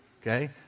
Okay